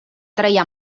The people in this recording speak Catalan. treia